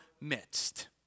midst